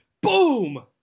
Boom